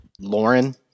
Lauren